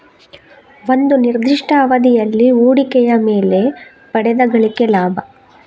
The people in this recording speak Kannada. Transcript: ಒಂದು ನಿರ್ದಿಷ್ಟ ಅವಧಿಯಲ್ಲಿ ಹೂಡಿಕೆಯ ಮೇಲೆ ಪಡೆದ ಗಳಿಕೆ ಲಾಭ